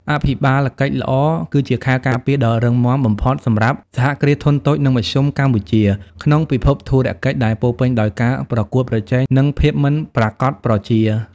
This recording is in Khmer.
អភិបាលកិច្ចល្អគឺជា "ខែលការពារ" ដ៏រឹងមាំបំផុតសម្រាប់ សហគ្រាសធុនតូច និងមធ្យម កម្ពុជា ក្នុងពិភពធុរកិច្ចដែលពោរពេញដោយការប្រកួតប្រជែង និងភាពមិនប្រាកដប្រជា។